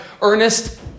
Ernest